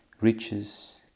riches